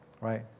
right